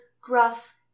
gruff